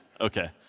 Okay